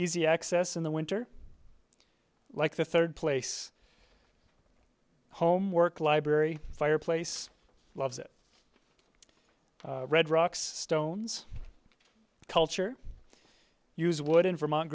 easy access in the winter like the third place homework library fireplace loves it red rocks stones culture use wood in vermont